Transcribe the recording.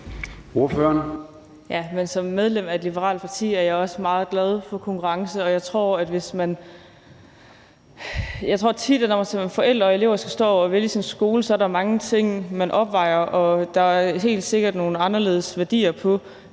Som medlem af et liberalt parti er jeg også meget glad for konkurrence, og jeg tror, at der tit, når man som forældre og elev skal stå og vælge sin skole, er mange ting, man opvejer mod hinanden, og der er helt sikkert nogle anderledes værdier på